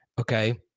okay